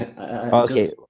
Okay